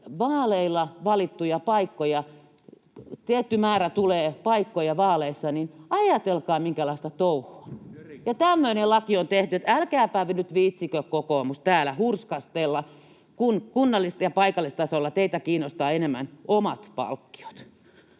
vaaleilla valittuja paikkoja, kun tietty määrä tulee paikkoja vaaleissa. Ajatelkaa, minkälaista touhua — ja tämmöinen laki on tehty. Että älkääpä nyt viitsikö, kokoomus, täällä hurskastella, kun kunnallisella ja paikallistasolla teitä kiinnostavat enemmän omat palkkiot.